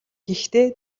гэхдээ